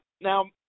now